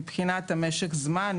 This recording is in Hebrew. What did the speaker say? מבחינת משך הזמן,